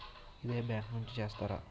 ఇదే బ్యాంక్ నుంచి చేస్తారా?